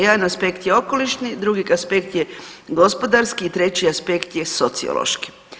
Jedan aspekt je okolišni, drugi aspekt je gospodarski i treći aspekt je sociološki.